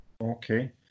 Okay